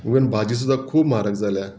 even भाजी सुद्दां खूब म्हारग जाल्या